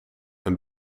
een